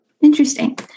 Interesting